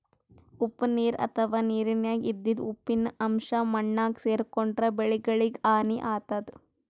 ಉಪ್ಪ್ ನೀರ್ ಅಥವಾ ನೀರಿನ್ಯಾಗ ಇದ್ದಿದ್ ಉಪ್ಪಿನ್ ಅಂಶಾ ಮಣ್ಣಾಗ್ ಸೇರ್ಕೊಂಡ್ರ್ ಬೆಳಿಗಳಿಗ್ ಹಾನಿ ಆತದ್